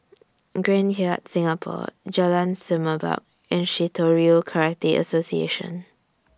Grand Hyatt Singapore Jalan Semerbak and Shitoryu Karate Association